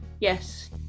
yes